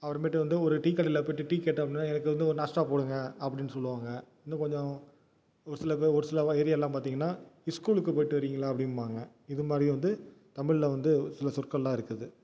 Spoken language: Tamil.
அப்புறமேட்டு வந்து ஒரு டீ கடையில் போயிட்டு டீ கேட்டோம்னா எனக்கு வந்து ஒரு நாஸ்டா போடுங்கள் அப்படின்னு சொல்லுவாங்கள் இன்னும் கொஞ்சம் ஒரு சில பேரு ஒரு சில வ ஏரியாலாம் பார்த்தீங்கன்னா இஸ்கூலுக்கு போயிட்டு வரீங்களா அப்டிம்பாங்க இதுமாதிரி வந்து தமிழில் வந்து சில சொற்களெலாம் இருக்குது